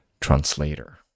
translator